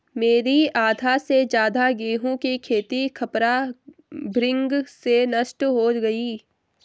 मेरी आधा से ज्यादा गेहूं की खेती खपरा भृंग से नष्ट हो गई